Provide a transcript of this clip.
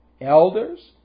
elders